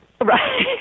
Right